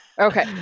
okay